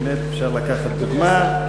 באמת אפשר לקחת דוגמה.